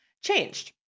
changed